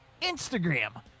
Instagram